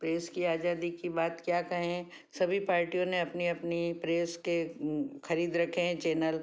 press की आजादी कि बात क्या कहें सभी पार्टियों ने अपनी अपनी प्रेस के खरीद रखे हैं चैनल